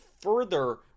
further